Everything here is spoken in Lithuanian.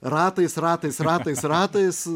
ratais ratais ratais ratais